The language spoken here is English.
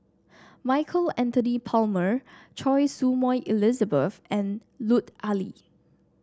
Michael Anthony Palmer Choy Su Moi Elizabeth and Lut Ali